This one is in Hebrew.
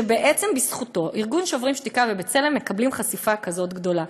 שבעצם בזכותו ארגון "שוברים שתיקה" ו"בצלם" מקבלים חשיפה כזאת גדולה.